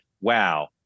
wow